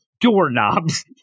doorknobs